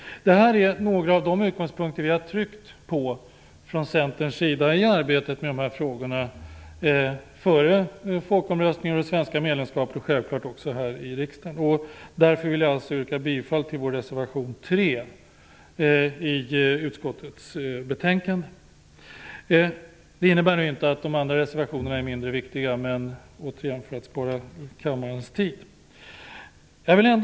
Detta är några av de utgångspunkter som vi från Centerns sida har tryckt på i arbetet med dessa frågor före folkomröstningen om det svenska EU medlemskapet och självfallet också här i riksdagen. Därför vill jag yrka bifall till vår reservation 3 i utskottets betänkande. Det innebär inte att våra övriga reservationer är mindre viktiga. Men för att återigen spara kammarens tid yrkar jag inte bifall till dessa.